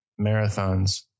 marathons